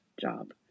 job